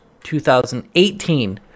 2018